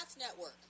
Network